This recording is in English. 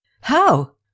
How